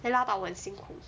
then 拉到我很辛苦